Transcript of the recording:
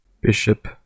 bishop